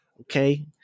okay